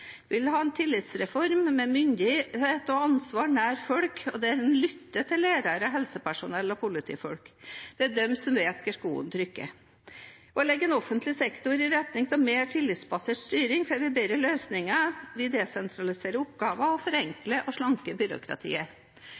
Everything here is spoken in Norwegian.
vil ha en tillitsreform med myndighet og ansvar nær folk og hvor man lytter til lærere, helsepersonell og politifolk. Det er de som vet hvor skoen trykker. Ved å legge om offentlig sektor i retning av mer tillitsbasert styring får vi bedre løsninger. Vi desentraliserer oppgaver og forenkler og